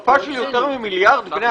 שפה של יותר ממיליארד בני אדם?